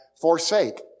forsake